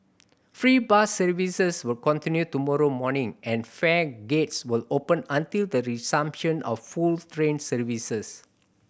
free bus services will continue to tomorrow morning and fare gates will open until the resumption of full train services